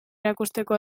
erakusteko